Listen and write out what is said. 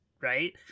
right